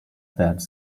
that